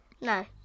No